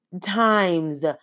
times